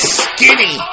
skinny